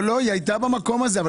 היא הייתה במקום הזה.